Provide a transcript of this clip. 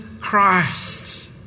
Christ